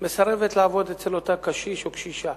מסרבת לעבוד אצל אותו קשיש או קשישה